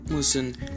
Listen